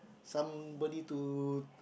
somebody to